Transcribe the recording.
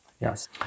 Yes